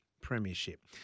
premiership